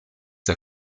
der